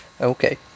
Okay